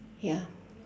ya